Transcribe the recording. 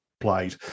played